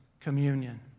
communion